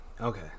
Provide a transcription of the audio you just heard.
Okay